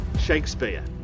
Shakespeare